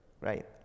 Right